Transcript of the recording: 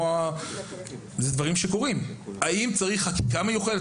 במידה ואין טופס כזה, האם צריך חקיקה מיוחדת?